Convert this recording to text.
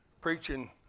preaching